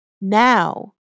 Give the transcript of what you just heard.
now